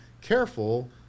careful